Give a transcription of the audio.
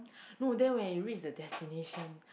no then when you reach the destination